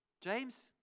James